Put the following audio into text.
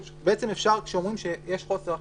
כשאומרים שיש חוסר אחידות,